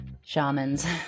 Shamans